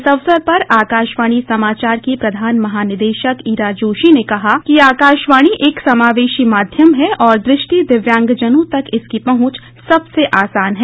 इस अवसर पर आकाशवाणी समाचार की प्रधान महानिदेशक ईरा जोशी ने कहा कि आकाशवाणी एक समावेशी माध्यम है और दृष्टि दिव्यांगजनों तक इसकी पहुंच सबसे आसान है